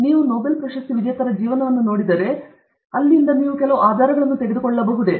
ನೀವು ನೊಬೆಲ್ ಪ್ರಶಸ್ತಿ ವಿಜೇತರ ಜೀವನವನ್ನು ನೋಡಿದರೆ ನಾವು ಕೆಲವು ಆಧಾರಗಳನ್ನು ತೆಗೆದುಕೊಳ್ಳಬಹುದೇ